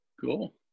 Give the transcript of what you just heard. Cool